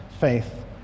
faith